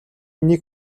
нэг